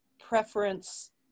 preference